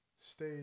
Stay